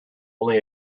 only